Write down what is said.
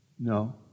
No